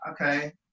Okay